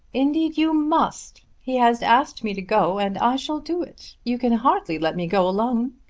indeed you must. he has asked me to go, and i shall do it. you can hardly let me go alone.